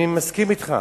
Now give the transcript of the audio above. אני מסכים אתך.